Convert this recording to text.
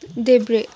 देब्रे